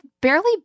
barely